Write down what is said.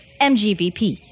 MGVP